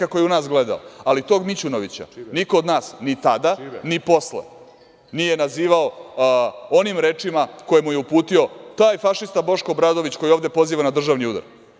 Ali, tog Mićunovića niko od nas ni tada ni posle nije nazivao onim rečima koje mu je uputio taj fašista Boško Obradović koji ovde poziva na državni udar.